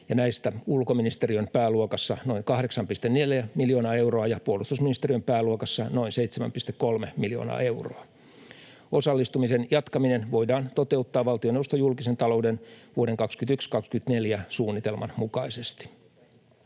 näistä ulkoministeriön pääluokassa noin 8,4 miljoonaa euroa ja puolustusministeriön pääluokassa noin 7,3 miljoonaa euroa. Osallistumisen jatkaminen voidaan toteuttaa valtioneuvoston julkisen talouden vuoden 21—24 suunnitelman mukaisesti.